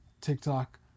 TikTok